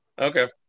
Okay